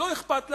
לא אכפת לה,